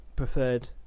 preferred